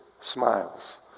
smiles